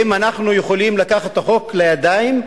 האם אנחנו יכולים לקחת את החוק לידיים,